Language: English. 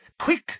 Quick